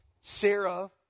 Sarah